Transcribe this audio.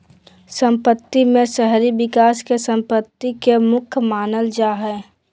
सम्पत्ति में शहरी विकास के सम्पत्ति के मुख्य मानल जा हइ